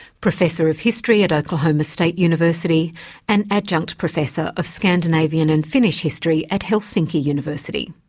professor of history at oklahoma state university and adjunct professor of scandinavian and finnish history at helsinki university.